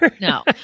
No